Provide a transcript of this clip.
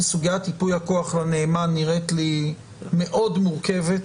סוגיית ייפוי הכוח לנאמן נראית לי מאוד מורכבת,